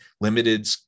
limited